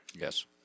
Yes